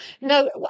no